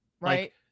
right